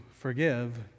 forgive